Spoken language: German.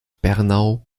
bernau